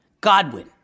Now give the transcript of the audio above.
Godwin